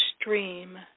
stream